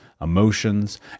emotions